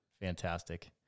Fantastic